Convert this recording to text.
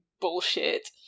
bullshit